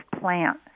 plant